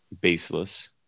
baseless